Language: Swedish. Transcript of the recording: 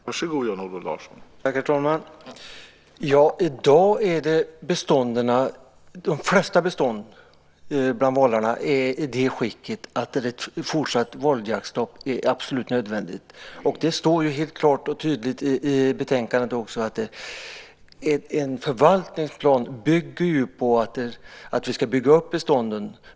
Herr talman! I dag är de flesta bestånden bland valarna i det skicket att ett fortsatt valjaktsstopp är absolut nödvändigt. Det står helt klart och tydligt i betänkandet också. En förvaltningsplan bygger ju på att vi ska bygga upp bestånden.